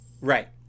Right